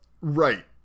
Right